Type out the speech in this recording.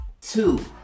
Two